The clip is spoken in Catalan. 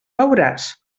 veuràs